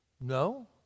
no